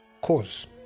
cause